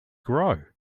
grow